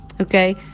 Okay